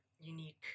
unique